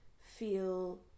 Feel